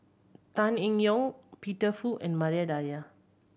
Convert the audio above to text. Tan Eng Yoon Peter Fu and Maria Dyer